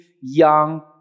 young